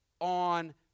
on